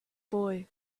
boy